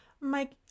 Mike